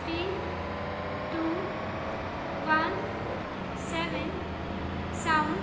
three two one seven Sawan